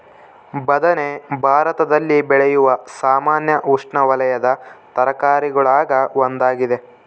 ಬದನೆ ಭಾರತದಲ್ಲಿ ಬೆಳೆಯುವ ಸಾಮಾನ್ಯ ಉಷ್ಣವಲಯದ ತರಕಾರಿಗುಳಾಗ ಒಂದಾಗಿದೆ